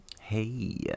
Hey